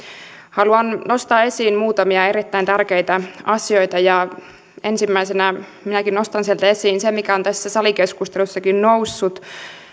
haluan nostaa esiin muutamia erittäin tärkeitä asioita ensimmäisenä minäkin nostan sieltä esiin sen mikä on tässä salikeskustelussakin noussut